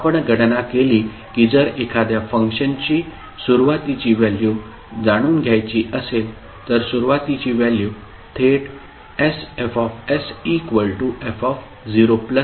आपण गणना केली की जर एखाद्या फंक्शनची सुरुवातीची व्हॅल्यू जाणून घ्यायची असेल तर सुरुवातीची व्हॅल्यू थेट sFsf0 द्वारे दिली जाऊ शकते